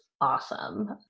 awesome